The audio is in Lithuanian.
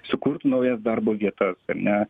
sukurtų naujas darbo vietas ar ne